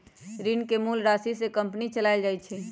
ऋण के मूल राशि से कंपनी चलाएल जाई छई